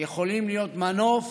יכולים להיות מנוף